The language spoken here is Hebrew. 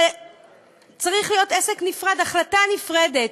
זה צריך להיות עסק נפרד, החלטה נפרדת.